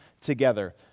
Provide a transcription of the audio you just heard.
Together